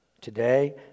today